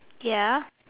ya